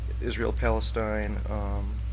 Israel-Palestine